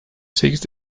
sekiz